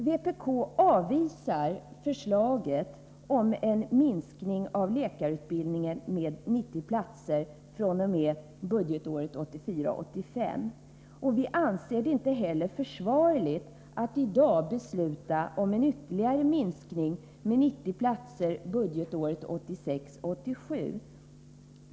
Vpk avvisar förslaget om en minskning av läkarutbildningen med 90 platser fr.o.m. budgetåret 1984 87.